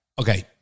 Okay